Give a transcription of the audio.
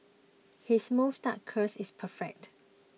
his moustache curls is perfect